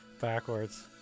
Backwards